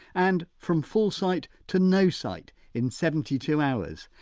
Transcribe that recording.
and, from full sight to no sight in seventy two hours.